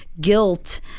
Guilt